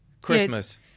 Christmas